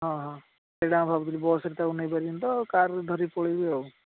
ହଁ ହଁ ସେଇଟା ମୁଁ ଭାବୁଥିଲି ବସ୍ରେ ତାକୁ ନେଇ ପାରିବିନି ତ କାର୍ରେ ଧରିକି ପଳେଇବି ଆଉ